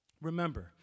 Remember